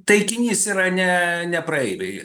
taikinys yra ne ne praeiviai